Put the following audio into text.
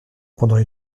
pendant